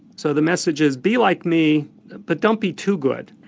so the message is be like me but don't be too good.